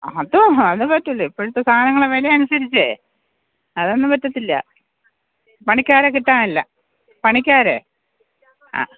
അത് അത് പറ്റില്ല ഇപ്പോഴത്തെ സാധനങ്ങളെ വില അനുസരിച്ചേ അതൊന്നും പറ്റത്തില്ല പണിക്കാരെ കിട്ടാനില്ല പണിക്കാരെ ആ